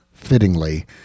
fittingly